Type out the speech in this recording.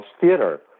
theater